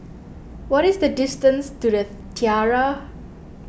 what is the distance to the Tiara